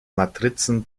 matrizen